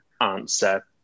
answer